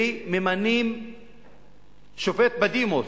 ומינו שופט בדימוס,